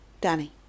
Danny